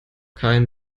kein